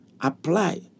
apply